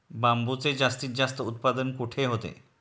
बांबूचे जास्तीत जास्त उत्पादन कुठे होते?